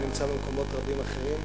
זה נמצא במקומות רבים אחרים.